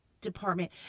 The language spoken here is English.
department